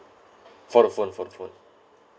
for the phone phone phone